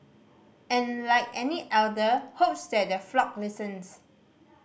and like any elder hopes that the flock listens